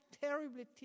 terribly